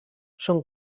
són